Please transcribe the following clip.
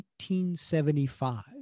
1875